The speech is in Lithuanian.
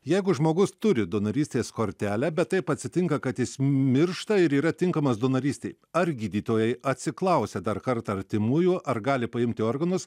jeigu žmogus turi donorystės kortelę bet taip atsitinka kad jis miršta ir yra tinkamas donorystei ar gydytojai atsiklausia dar kartą artimųjų ar gali paimti organus